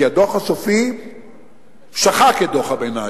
כי הדוח הסופי שחק את דוח הביניים,